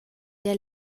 der